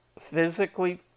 physically